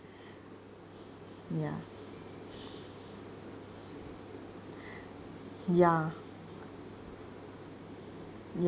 ya ya ya